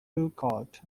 lookout